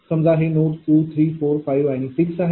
समजा हे नोड 2 3 4 5 आणि 6 आहे